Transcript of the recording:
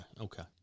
okay